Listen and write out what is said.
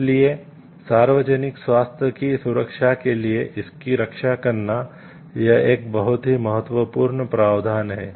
इसलिए सार्वजनिक स्वास्थ्य की सुरक्षा के लिए इसकी रक्षा करना यह एक बहुत ही महत्वपूर्ण प्रावधान है